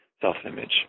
self-image